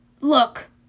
Look